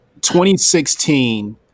2016